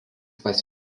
pas